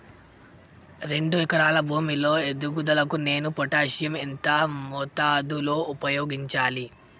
రెండు ఎకరాల భూమి లో ఎదుగుదలకి నేను పొటాషియం ఎంత మోతాదు లో ఉపయోగించాలి?